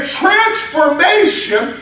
transformation